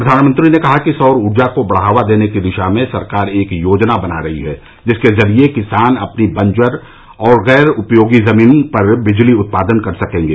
प्रधानमंत्री ने कहा कि सौर ऊर्जा को बढ़ावा देने की दिशा में सरकार एक योजना बना रही है जिसके जरिये किसान अपनी बंजर और गैर उपयोगी जमीन पर बिजली उत्पादन कर सकेंगे